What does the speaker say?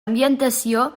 ambientació